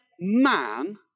man